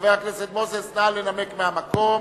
חבר הכנסת מוזס, נא לנמק מהמקום.